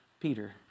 Peter